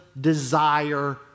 desire